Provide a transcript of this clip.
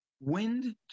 wind